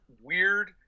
weird